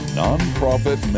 nonprofit